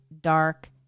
dark